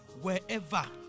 wherever